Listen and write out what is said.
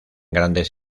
grandes